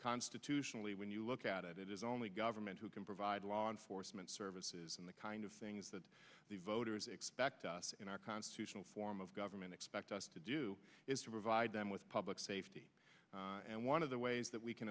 constitutionally when you look at it it is only government who can provide law enforcement services and the kind of things that the voters expect in our constitutional form of government expect us to do is to provide them with public safety and one of the ways that we can